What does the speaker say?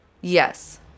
Yes